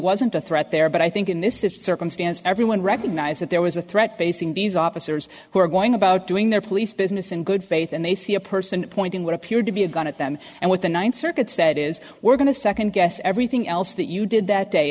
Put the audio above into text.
wasn't a threat there but i think in this it circumstance everyone recognized that there was a threat facing these officers who were going about doing their police business in good faith and they see a person pointing what appeared to be a gun at them and what the ninth circuit said is we're going to second guess everything else that you did that day